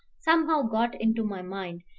somehow got into my mind,